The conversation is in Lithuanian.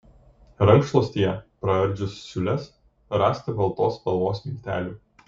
rankšluostyje praardžius siūles rasta baltos spalvos miltelių